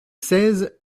seize